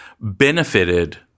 benefited